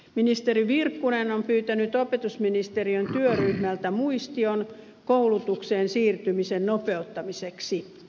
ministeri virkkunen on pyytänyt opetusministeriön työryhmältä muistion koulutukseen siirtymisen nopeuttamiseksi